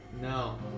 No